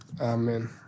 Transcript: Amen